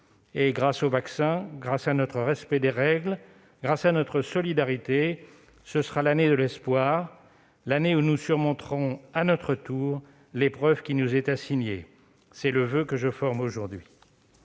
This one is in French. Et grâce aux vaccins, grâce à notre respect des règles, grâce à notre solidarité, ce sera l'année de l'espoir, l'année où nous surmonterons à notre tour l'épreuve qui nous est assignée. C'est le voeu que je forme aujourd'hui.